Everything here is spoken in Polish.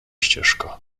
ścieżka